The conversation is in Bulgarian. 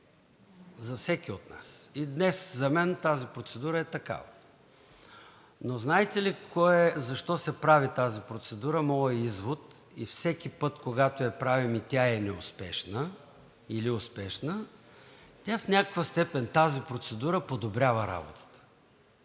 за всеки от нас. И днес за мен тази процедура е такава. Но знаете ли защо се прави тази процедура? Моят извод – и всеки път, когато я правим, и тя е неуспешна или успешна, в някаква степен тази процедура подобрява работата.